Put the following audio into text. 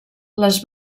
les